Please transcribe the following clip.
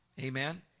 Amen